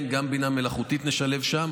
כן, גם בינה מלאכותית נשלב שם.